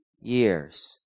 years